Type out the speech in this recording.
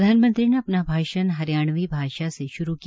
प्रधानमंत्री ने अपना भाषण हरियाणवी भाषा से शुरू किया